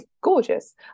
gorgeous